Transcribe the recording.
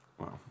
Wow